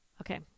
Okay